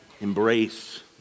Embrace